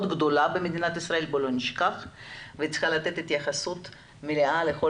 גדולה במדינת ישראל והיא צריכה לתת התייחסות מלאה לכל